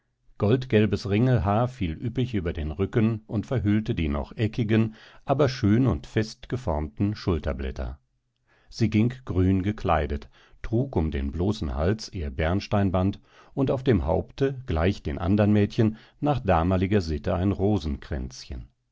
goldgelbes ringelhaar fiel üppig über den rücken und verhüllte die noch eckigen aber schön und fest geformten schulterblätter sie ging grün gekleidet trug um den bloßen hals ihr bernsteinband und auf dem haupte gleich den andern mädchen nach damaliger sitte ein